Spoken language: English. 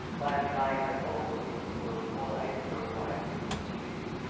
by implying that all muslims worldwide were rioting in the streets,